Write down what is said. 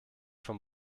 vom